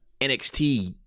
NXT